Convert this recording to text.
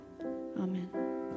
Amen